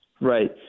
Right